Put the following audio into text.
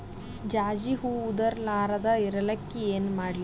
ಜಾಜಿ ಹೂವ ಉದರ್ ಲಾರದ ಇರಲಿಕ್ಕಿ ಏನ ಮಾಡ್ಲಿ?